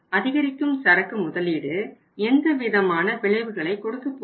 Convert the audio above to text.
அதிகரிக்கும் சரக்கு முதலீடு எந்த விதமான விளைவுகளை கொடுக்கப் போகிறது